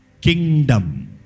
kingdom